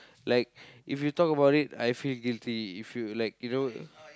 like if you talk about it I feel guilty if you like you know